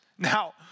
Now